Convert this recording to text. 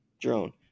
drone